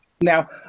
Now